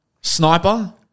Sniper